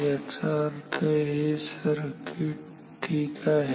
याचा अर्थ हे सर्किट ठीक आहे